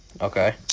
Okay